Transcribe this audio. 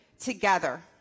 together